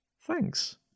thanks